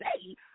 say